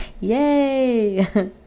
yay